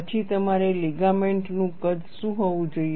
પછી તમારે લીગામેન્ટ નું કદ શું હોવું જોઈએ